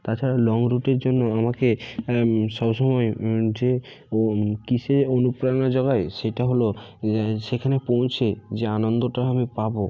তাছাড়াও লং রুটের জন্য আমাকে সব সময় যে কিসে অনুপ্রেরণা যোগায় সেইটা হল সেখানে পৌঁছে যে আনন্দটা আমি পাব